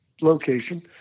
location